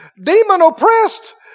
demon-oppressed